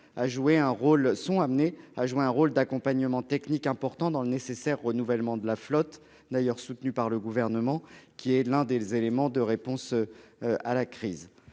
amenés à jouer un rôle d'accompagnement technique important dans le nécessaire renouvellement de la flotte, d'ailleurs soutenu par le Gouvernement, qui est l'un des éléments de réponse à la crise.